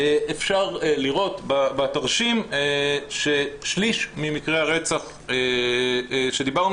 אפשר לראות בתרשים ששליש ממקרי הרצח שדיברנו